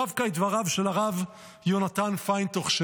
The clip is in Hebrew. דווקא את דבריו של הרב יונתן פיינטוך,